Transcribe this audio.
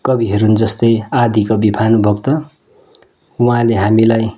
कविहरू हुन् जस्तै आदिकवि भानुभक्त उहाँले हामीलाई